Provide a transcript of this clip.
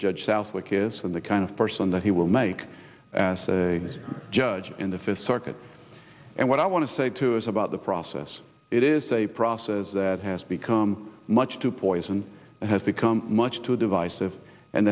judge southwick isn't the kind of person that he will make as a judge in the fifth circuit and what i want to say to us about the process it is a process that has become much too poison and has become much too divisive and